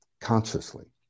consciously